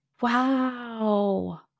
Wow